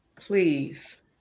Please